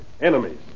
enemies